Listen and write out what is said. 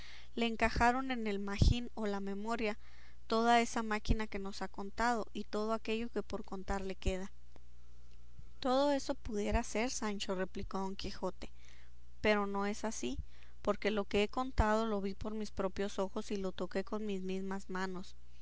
le encajaron en el magín o la memoria toda esa máquina que nos ha contado y todo aquello que por contar le queda todo eso pudiera ser sancho replicó don quijote pero no es así porque lo que he contado lo vi por mis propios ojos y lo toqué con mis mismas manos